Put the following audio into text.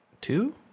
two